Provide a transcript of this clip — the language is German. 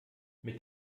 mit